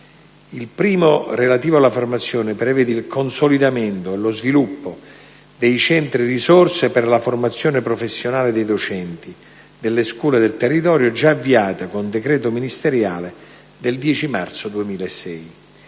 relativo alla formazione, prevede il consolidamento e lo sviluppo dei «Centri risorse per la formazione professionale dei docenti» delle scuole del territorio, già avviato con decreto ministeriale del 10 marzo 2006.